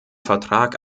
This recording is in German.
vertrag